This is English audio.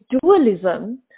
dualism